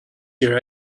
your